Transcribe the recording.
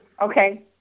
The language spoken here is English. Okay